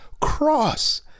cross